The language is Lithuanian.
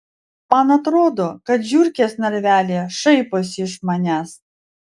man atrodo kad žiurkės narvelyje šaiposi iš manęs